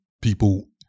people